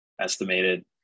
estimated